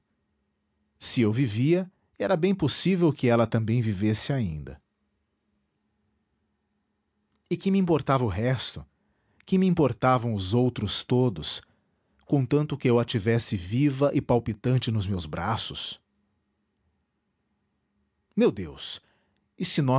se eu vivia era bem possível que ela também vivesse ainda e que me importava o resto que me importavam os outros todos contanto que eu a tivesse viva e palpitante nos meus braços meu deus e se